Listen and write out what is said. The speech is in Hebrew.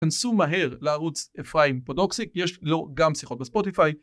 כנסו מהר לערוץ אפרים פרודוקסיק, יש לו גם שיחות בספוטיפיי.